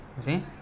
see